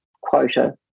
quota